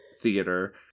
theater